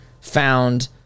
found